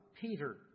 Peter